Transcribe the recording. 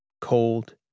cold